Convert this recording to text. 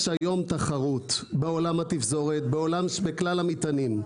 יש היום תחרות בעולם התפזורת בכלל המטענים.